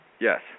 Yes